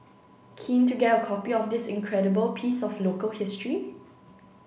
keen to get a copy of this incredible piece of local history